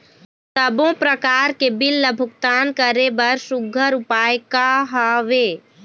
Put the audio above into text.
सबों प्रकार के बिल ला भुगतान करे बर सुघ्घर उपाय का हा वे?